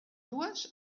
dues